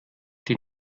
die